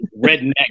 Redneck